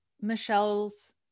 Michelle's